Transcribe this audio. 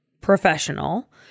professional